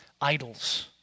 idols